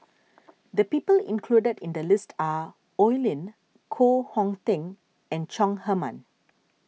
the people included in the list are Oi Lin Koh Hong Teng and Chong Heman